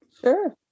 Sure